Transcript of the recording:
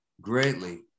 greatly